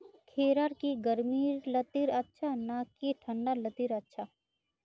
खीरा की गर्मी लात्तिर अच्छा ना की ठंडा लात्तिर अच्छा?